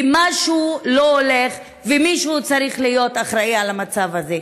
כי משהו לא הולך ומישהו צריך להיות אחראי למצב הזה.